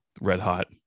red-hot